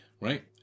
right